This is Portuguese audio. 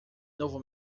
novo